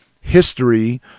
history